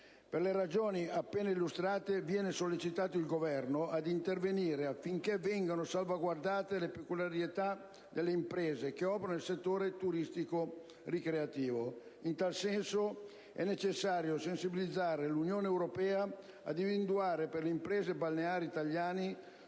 Per le ragioni appena illustrate viene sollecitato il Governo ad intervenire affinché vengano salvaguardate le peculiarità delle imprese che operano nel settore turistico-ricreativo. In tal senso, è necessario sensibilizzare l'Unione europea ad individuare per le imprese balneari italiane